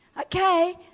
Okay